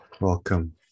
welcome